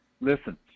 Listen